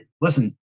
listen